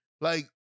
Like-